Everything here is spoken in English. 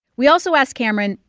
we also asked cameron,